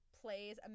plays